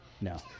no